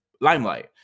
limelight